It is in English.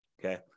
Okay